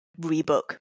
rebook